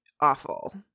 awful